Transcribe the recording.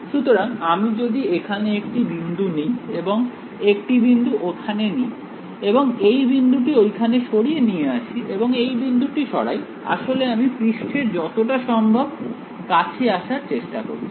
সুতরাং আমি যদি এখানে একটি বিন্দু নিই এবং একটি বিন্দু ওইখানে নিই এবং এই বিন্দুটি ওইখানে সরিয়ে নিয়ে আসি এবং আমি এই বিন্দুটি সরাই আসলে আমি পৃষ্ঠের যতটা সম্ভব কাছে আসার চেষ্টা করছি